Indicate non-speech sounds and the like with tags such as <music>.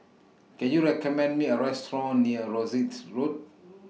Can YOU recommend Me A Restaurant near Rosyth Road <noise>